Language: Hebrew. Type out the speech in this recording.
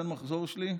בן מחזור שלי,